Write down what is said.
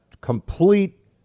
complete